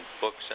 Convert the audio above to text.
books